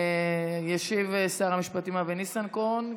ישיב שר המשפטים אבי ניסנקורן.